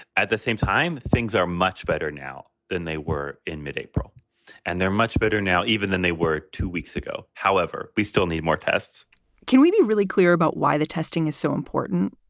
at the same time, things are much better now than they were in mid-april and they're much better now even than they were two weeks ago. however, we still need more tests can we be really clear about why the testing is so important?